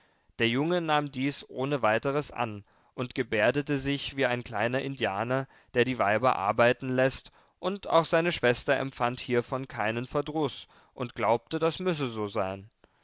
der junge nahm dies ohne weiteres an und gebärdete sich wie ein kleiner indianer der die weiber arbeiten läßt und auch seine schwester empfand hiervon keinen verdruß und glaubte das müsse so sein